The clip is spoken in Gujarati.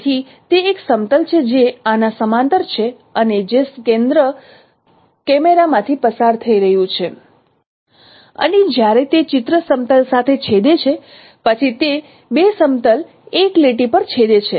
તેથી તે એક સમતલ છે જે આના સમાંતર છે અને જે કેન્દ્ર કેમેરા માંથી પસાર થઈ રહ્યું છે અને જ્યારે તે ચિત્ર સમતલ સાથે છેદે છે પછી તે બે સમતલ એક લીટી પર છેદે છે